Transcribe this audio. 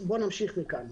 ובואו נמשיך מכאן.